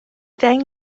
ddeng